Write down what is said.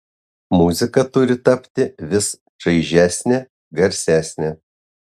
muzika turi tapti vis čaižesnė garsesnė